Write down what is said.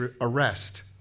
arrest